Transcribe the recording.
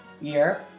Year